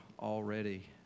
already